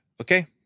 Okay